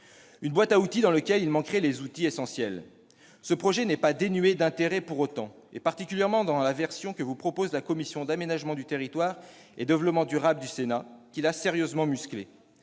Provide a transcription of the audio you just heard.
d'une boîte à outils dans laquelle manqueraient les outils essentiels. Ce projet de loi n'est pas dénué d'intérêt pour autant, particulièrement dans la version que nous propose la commission de l'aménagement du territoire et du développement durable du Sénat, qui l'a sérieusement musclé.